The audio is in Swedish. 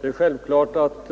Det är självklart att